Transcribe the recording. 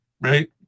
right